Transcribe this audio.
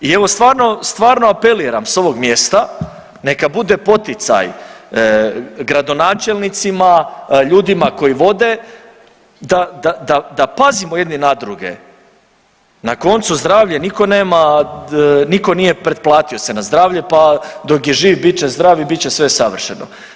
I evo stvarno, stvarno apeliram s ovog mjesta neka bude poticaj gradonačelnicima, ljudima koji vode da, da, da, da pazimo jedni na druge, na koncu zdravlje niko nema, niko nije pretplatio se na zdravlje, pa dok je živ bit će zdrav i bit će sve savršeno.